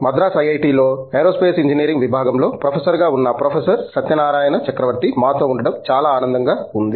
మద్రాసు ఐఐటిలో aerospace engineering విభాగంలో ప్రొఫెసర్గా ఉన్న ప్రొఫెసర్ సత్యనారాయణన్ చక్రవర్తి మాతో ఉండడం చాలా ఆనందంగా ఉంది